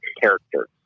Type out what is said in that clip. character